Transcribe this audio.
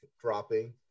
dropping